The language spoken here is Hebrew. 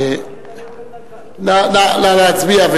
נא להצביע,